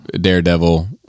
Daredevil